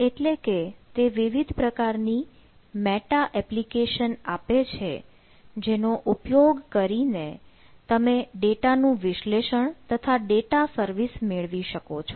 એટલે કે તે વિવિધ પ્રકારની મેટા એપ્લિકેશન આપે છે જેનો ઉપયોગ કરીને તમે ડેટાનું વિશ્લેષણ તથા ડેટા સર્વિસ મેળવી શકો છો